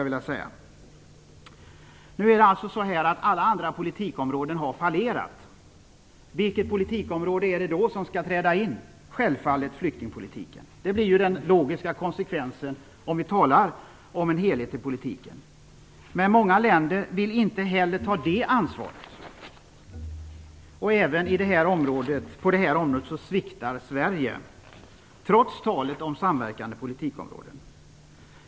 Alla andra politikområden har fallerat. Vilket politikområde är det då som skall träda in? Det är självfallet flyktingpolitiken. Det blir den logiska konsekvensen om vi talar om en helhet i politiken. Men många länder vill inte heller ta det ansvaret. Även på det området sviktar Sverige, trots talet om samverkande politikområden.